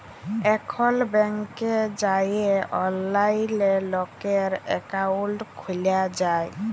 এখল ব্যাংকে যাঁয়ে অললাইলে লকের একাউল্ট খ্যুলা যায়